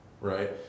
right